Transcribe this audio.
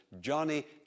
Johnny